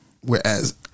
whereas